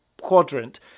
quadrant